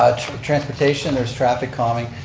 ah transportation, there's traffic calming.